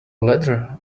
ladder